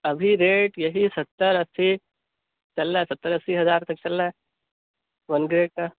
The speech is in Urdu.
ابھی ریٹ یہی ستر اسی چل رہا ہے ستر اسی ہزار تک چل رہا ہے ون گریڈ کا